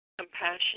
Compassion